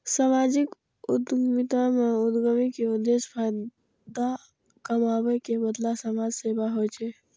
सामाजिक उद्यमिता मे उद्यमी के उद्देश्य फायदा कमाबै के बदला समाज सेवा होइ छै